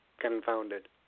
confounded